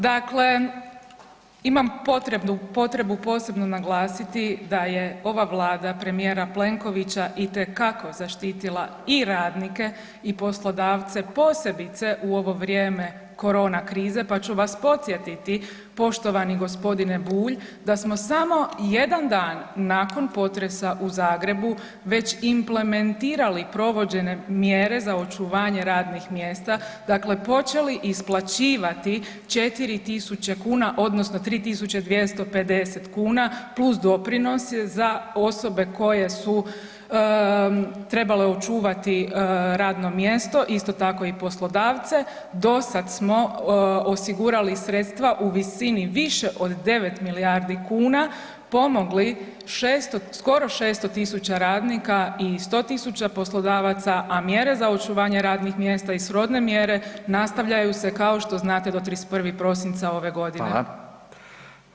Dakle, imam potrebnu, potrebu posebno naglasiti da je ova vlada premijera Plenkovića itekako zaštitila i radnike i poslodavce, posebice u ovo vrijeme korona krize, pa ću vas podsjetiti poštovani g. Bulj da smo samo jedan dan nakon potresa u Zagrebu već implementirali provođene mjere za očuvanje radnih mjesta, dakle počeli isplaćivati 4000 kuna odnosno 3250 kuna + doprinosi za osobe koje su trebale očuvati radne mjesto, isto tako i poslodavce, do sad smo osigurali sredstva u visini više od 9 milijardi kuna, pomogli 600, skoro 600 000 radnika i 100 000 poslodavaca, a mjere za očuvanje radnih mjesta i srodne mjere nastavljaju se kao što znate do 31. prosinca ove godine.